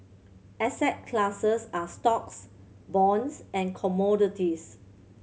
asset classes are stocks bonds and commodities